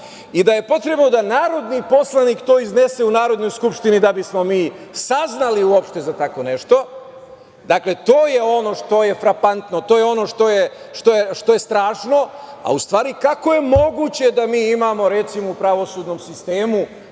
i da je potrebno da narodni poslanik to iznese u Narodnoj skupštini da bismo mi saznali uopšte za tako nešto. To je ono što je frapantno, to je ono što je strašno, a u stvari kako je moguće da mi imamo, recimo, u pravosudnom sistemu